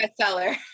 bestseller